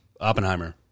Oppenheimer